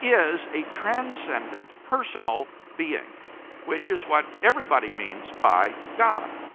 is a transcendent, personal being which is what everybody means by god.